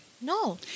No